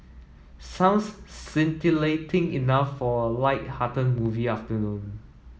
sounds scintillating enough for a light hearted movie afternoon